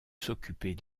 s’occuper